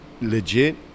legit